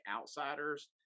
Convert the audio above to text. outsiders